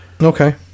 Okay